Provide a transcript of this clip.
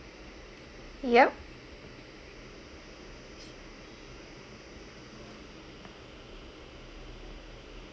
yup